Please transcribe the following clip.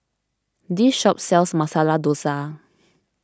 this shop sells Masala Dosa